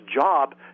job